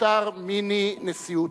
משטר מיני-נשיאותי.